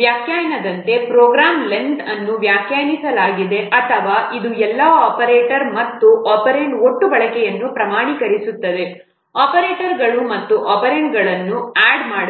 ವ್ಯಾಖ್ಯಾನದಂತೆ ಪ್ರೋಗ್ರಾಂನ ಲೆಂಥ್ ಅನ್ನು ವ್ಯಾಖ್ಯಾನಿಸಲಾಗಿದೆ ಅಥವಾ ಇದು ಎಲ್ಲಾ ಆಪರೇಟರ್ಗಳು ಮತ್ತು ಒಪೆರಾಂಡ್ ಒಟ್ಟು ಬಳಕೆಯನ್ನು ಪ್ರಮಾಣೀಕರಿಸುತ್ತದೆ ಆಪರೇಟರ್ಗಳು ಮತ್ತು ಒಪೆರಾಂಡ್ಗಳನ್ನು ಆಡ್ ಮಾಡುತ್ತದೆ